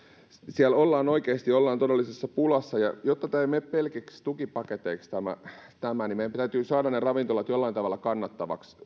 siellä ollaan oikeasti todellisessa pulassa ja jotta tämä ei mene pelkiksi tukipaketeiksi niin meidän täytyy saada ne ravintolat jollain tavalla kannattaviksi